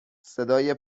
صدای